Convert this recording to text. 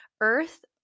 earth